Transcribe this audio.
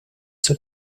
zur